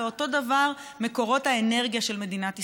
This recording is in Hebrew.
ואותו דבר מקורות האנרגיה של מדינת ישראל,